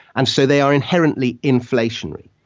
and so they are inherently inflationary.